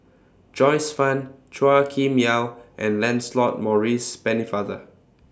Joyce fan Chua Kim Yeow and Lancelot Maurice Pennefather